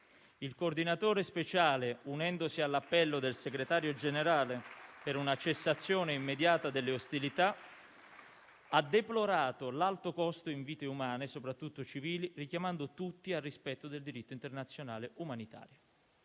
Il Coordinatore speciale, unendosi all'appello del Segretario generale per una cessazione immediata delle ostilità, ha deplorato l'alto costo in vite umane, soprattutto civili, richiamando tutti al rispetto del diritto internazionale umanitario.